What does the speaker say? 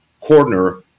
corner